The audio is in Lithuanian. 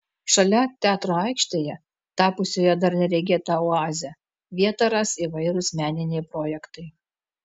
šalia teatro aikštėje tapusioje dar neregėta oaze vietą ras įvairūs meniniai projektai